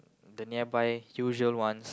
the nearby usual ones